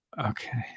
okay